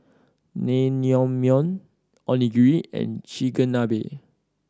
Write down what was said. Naengmyeon Onigiri and Chigenabe